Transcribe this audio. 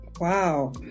Wow